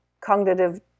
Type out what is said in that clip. cognitive